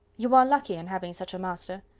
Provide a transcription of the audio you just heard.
you are lucky in having such a master.